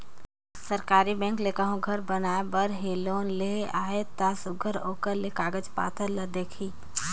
सरकारी बेंक ले कहों घर बनाए बर ही लोन लेहे ले अहे ता सुग्घर ओकर ले कागज पाथर ल देखही